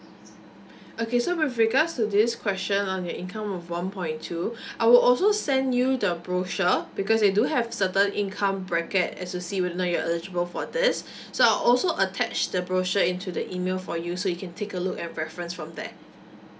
okay so with regards to this question on your income of one point two I will also send you the brochure because they do have certain income bracket as to see you know whether you're eligible for this so I'll also attach the brochure into the E mail for you so you can take a look and reference from there